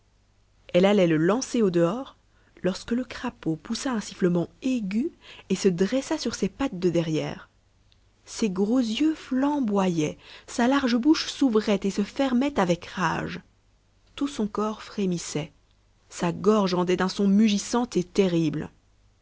elle allait le lancer au dehors lorsque le crapaud poussa un sifflement aigu et se dressa sur ses pattes de derrière ses gros yeux flamboyaient sa large bouche s'ouvrait et se fermait avec rage tout son corps frémissait sa gorge rendait un son mugissant et terrible